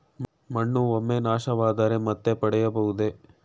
ಮಣ್ಣು ಒಮ್ಮೆ ನಾಶವಾದರೆ ಮತ್ತೆ ಪಡೆಯಬಹುದೇ?